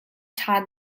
ṭha